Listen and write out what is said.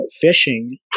fishing